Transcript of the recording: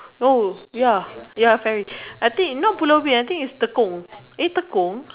no ya ya ferry I think not Pulau-Ubin I think is Tekong eh Tekong